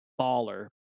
baller